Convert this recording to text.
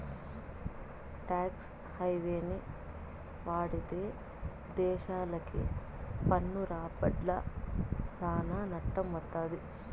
talks హెవెన్ని వాడితే దేశాలకి పన్ను రాబడ్ల సానా నట్టం వత్తది